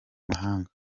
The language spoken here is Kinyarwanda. mahanga